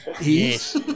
Yes